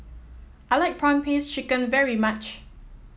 I like prawn paste chicken very much